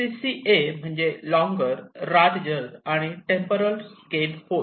C C A म्हणजे longer larger आणि temporal scale होय